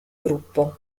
gruppo